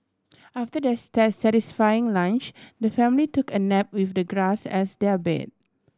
after their satisfying lunch the family took a nap with the grass as their bed